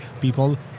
people